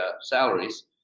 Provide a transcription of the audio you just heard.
salaries